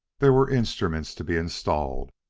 there were instruments to be installed,